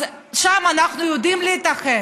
אז שם אנחנו יודעים להתאחד,